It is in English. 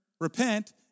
repent